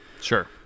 Sure